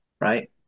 Right